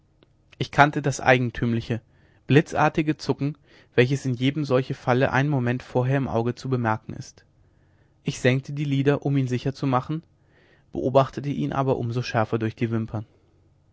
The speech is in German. ich kannte das eigentümliche blitzartige zucken welches in jedem solchen falle einen moment vorher im auge zu bemerken ist ich senkte die lider um ihn sicher zu machen beobachtete ihn aber um so schärfer durch die wimpern